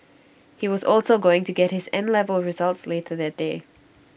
he was also going to get his N level results later that day